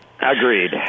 Agreed